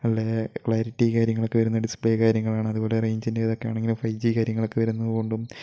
വളരെ ക്ലാരിറ്റി കാര്യങ്ങളൊക്കെ വരുന്ന ഡിസ്പ്ലേ കാര്യങ്ങളാണ് അതുപോലെ റേഞ്ചിന്റെ ഇതൊക്കെയാണെങ്കിലും ഫൈവ് ജി കാര്യങ്ങളൊക്കെ വരുന്നതുകൊണ്ടും